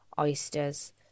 oysters